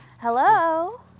Hello